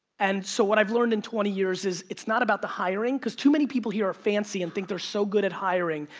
and so what i've learned in twenty years is it's not about the hiring, because too many people here are fancy and think they're so good at hiring,